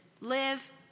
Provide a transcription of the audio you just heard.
live